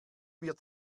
wird